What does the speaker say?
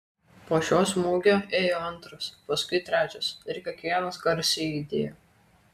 po šio smūgio ėjo antras paskui trečias ir kiekvienas garsiai aidėjo